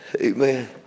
Amen